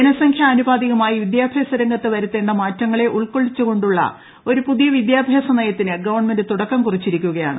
ജനൻറ്റ്പ്പോറ്റുപാതികമായി വിദ്യാഭ്യാസ രംഗത്ത് വരുത്തേണ്ട മാറ്റങ്ങളെ ഉൾക്കൊള്ളിച്ചുകൊണ്ടുള്ള ഒരു പുതിയ വിദ്യാഭ്യാസ നയത്തിന് ഗവൺമെന്റ് തുടക്കം കുറിച്ചിരിക്കുകയാണ്